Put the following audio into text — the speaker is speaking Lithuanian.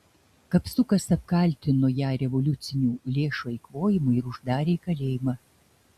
kapsukas apkaltino ją revoliucinių lėšų eikvojimu ir uždarė į kalėjimą